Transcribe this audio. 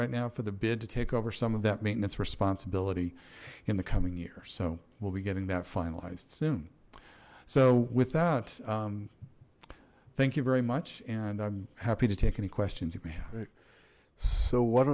right now for the bid to take over some of that maintenance responsibilities in the coming year so we'll be getting that finalized soon so with that thank you very much and i'm happy to take any questions